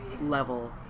level